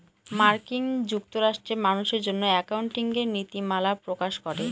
মার্কিন যুক্তরাষ্ট্রে মানুষের জন্য একাউন্টিঙের নীতিমালা প্রকাশ করে